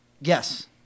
Yes